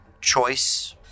Choice